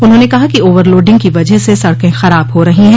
उन्होंने कहा कि ओवर लोडिंग की वजह से सड़के खराब हो रही है